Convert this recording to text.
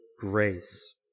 grace